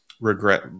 regret